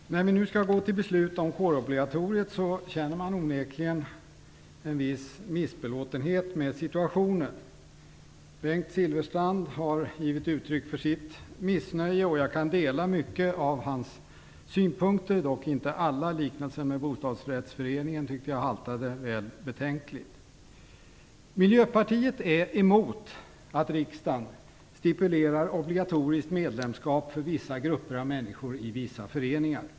Fru talman! När vi nu skall gå till beslut om kårobligatoriet, känner jag onekligen en viss missbelåtenhet med situationen. Bengt Silfverstrand har givit uttryck för sitt missnöje. Jag kan dela många av hans synpunkter, dock inte alla. Liknelsen med bostadsrättsföreningen haltade betänkligt. Miljöpartiet är emot idén att riksdagen stipulerar obligatoriskt medlemskap för vissa grupper av människor i vissa föreningar.